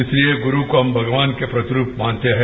इसलिए गुरू को हम भगवान के प्रतिरूप मानते हैं